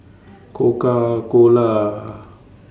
Coca Cola